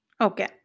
okay